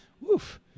Woof